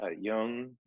young